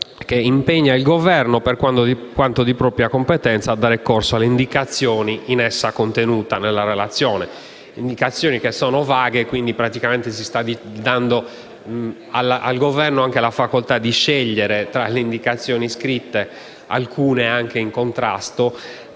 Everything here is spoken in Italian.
che impegna il Governo, per quanto di propria competenza, a dare corso alle indicazioni contenute nella relazione. Le indicazioni sono vaghe, quindi praticamente si sta dando al Governo la facoltà di scegliere tra le indicazioni scritte, alcune anche in contrasto,